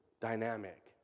dynamic